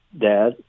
Dad